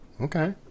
Okay